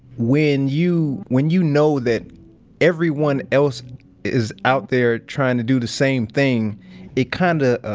when you when you know that everyone else is out there trying to do the same thing it kind of, ah,